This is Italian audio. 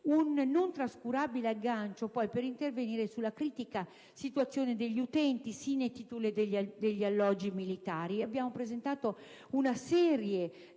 un non trascurabile aggancio per intervenire sulla critica situazione degli utenti *sine titulo* degli alloggi militari. Abbiamo presentato una serie